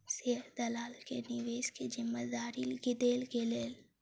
share दलाल के निवेश के जिम्मेदारी देल गेलै